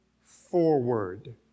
forward